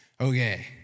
Okay